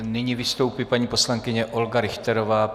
Nyní vystoupí paní poslankyně Olga Richterová.